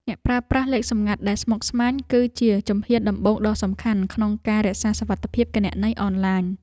ការប្រើប្រាស់លេខសម្ងាត់ដែលស្មុគស្មាញ គឺជាជំហានដំបូងដ៏សំខាន់ក្នុងការរក្សាសុវត្ថិភាពគណនីអនឡាញ។